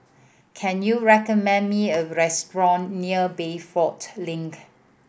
can you recommend me a restaurant near Bayfront Link